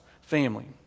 family